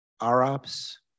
Arabs